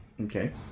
Okay